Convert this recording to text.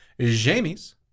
Jamie's